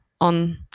on